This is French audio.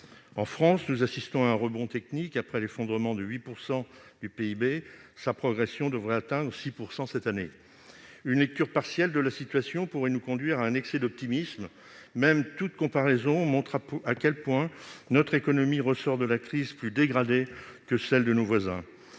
En France, nous assistons à un rebond technique : après l'effondrement de 8 % du PIB, sa progression devrait atteindre 6 % cette année. Si une lecture partielle de la situation pourrait nous conduire à un excès d'optimisme, toute comparaison montre à quel point notre économie ressort de la crise plus dégradée que celles de nos voisins.